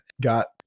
got